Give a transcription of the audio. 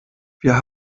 wir